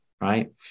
right